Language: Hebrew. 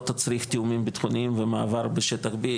תצריך תיאומים בטחוניים ומעבר בשטח B,